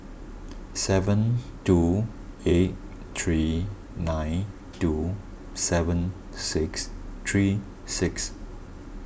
seven two eight three nine two seven six three six